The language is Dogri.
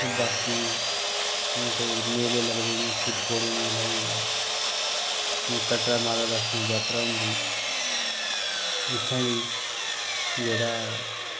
ते बाकी मेले कोई लगदे जि'यां शिवखोड़ी मेला होई गेआ जि'यां कटरा माता वैष्णो देवी जात्तरा होंदी उत्थै बी जेह्ड़ा